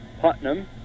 Putnam